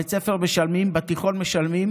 בבית הספר משלמים, בתיכון משלמים.